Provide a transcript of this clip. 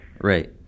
Right